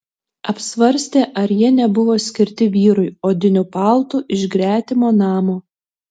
apsvarstė ar jie nebuvo skirti vyrui odiniu paltu iš gretimo namo